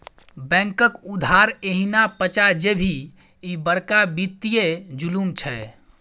बैंकक उधार एहिना पचा जेभी, ई बड़का वित्तीय जुलुम छै